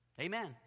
Amen